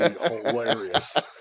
hilarious